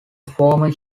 former